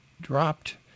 dropped